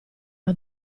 una